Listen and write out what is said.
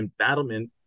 embattlement